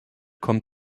kommt